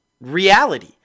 reality